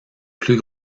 plus